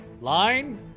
Line